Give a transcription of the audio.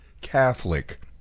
Catholic